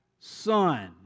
Son